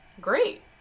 great